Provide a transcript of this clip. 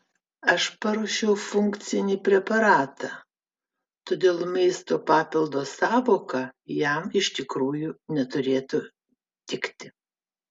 aš paruošiau funkcinį preparatą todėl maisto papildo sąvoka jam iš tikrųjų neturėtų tikti